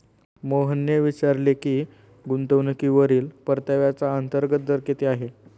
मोहनने विचारले की गुंतवणूकीवरील परताव्याचा अंतर्गत दर किती आहे?